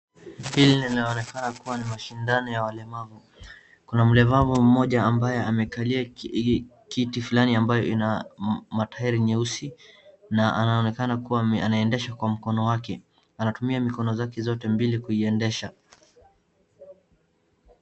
Hili linaonekana kuwa ni mashindano ya walemavu. Kuna mlevu mmoja ambaye amekali kiti fulani ambayo ina matairi nyeusi, na anaonekana kuwa anaendesha na mkono wake. Anatumia mikono zake mbili kuiendesha.